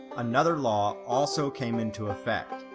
another law also came into effect.